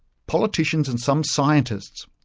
politicians and some scientists,